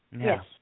Yes